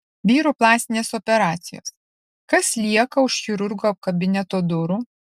vyrų plastinės operacijos kas lieka už chirurgo kabineto durų